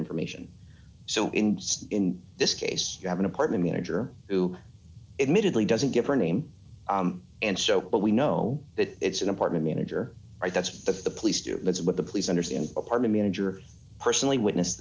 information so in in this case you have an apartment manager who admittedly doesn't give her name and so but we know that it's an apartment manager right that's the the police do that's what the police understand aparna manager personally witness